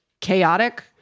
chaotic